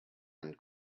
einen